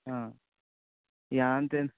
yeah అంతే